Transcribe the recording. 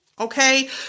okay